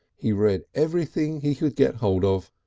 he read everything he could get hold of,